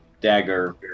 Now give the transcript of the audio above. dagger